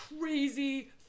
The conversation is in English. crazy